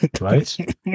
right